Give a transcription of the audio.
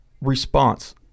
Response